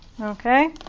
Okay